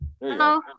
Hello